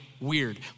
Weird